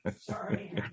Sorry